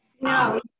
No